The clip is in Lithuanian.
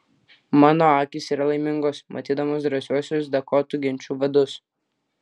mano akys yra laimingos matydamos drąsiuosius dakotų genčių vadus